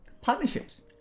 partnerships